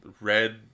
red